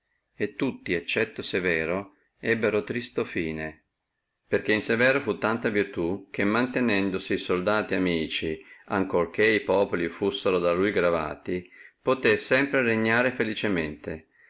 e tutti eccetto severo ebbono triste fine perché in severo fu tanta virtù che mantenendosi soldati amici ancora che populi fussino da lui gravati possé sempre regnare felicemente